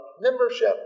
membership